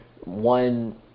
one